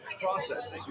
processes